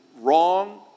wrong